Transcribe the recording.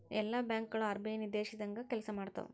ಎಲ್ಲಾ ಬ್ಯಾಂಕ್ ಗಳು ಆರ್.ಬಿ.ಐ ನಿರ್ದೇಶಿಸಿದಂಗ್ ಕೆಲ್ಸಾಮಾಡ್ತಾವು